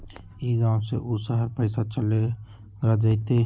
ई गांव से ऊ शहर पैसा चलेगा जयते?